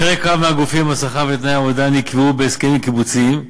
בחלק גדול מהגופים השכר ותנאי העבודה נקבעו בהסכמים קיבוציים,